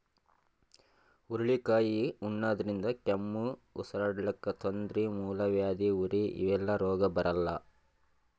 ಹುರಳಿಕಾಯಿ ಉಣಾದ್ರಿನ್ದ ಕೆಮ್ಮ್, ಉಸರಾಡಕ್ಕ್ ತೊಂದ್ರಿ, ಮೂಲವ್ಯಾಧಿ, ಉರಿ ಇವೆಲ್ಲ ರೋಗ್ ಬರಲ್ಲಾ